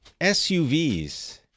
suvs